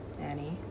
annie